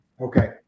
Okay